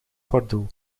pardoel